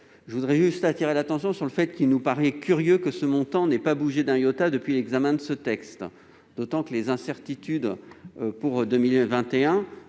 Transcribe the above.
Je voudrais juste appeler l'attention sur le fait qu'il nous paraît curieux que ce montant n'ait pas bougé d'un iota depuis le début de l'examen de ce texte, d'autant que les incertitudes pour 2021